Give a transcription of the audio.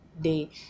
day